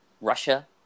Russia